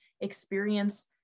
experience